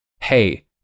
hey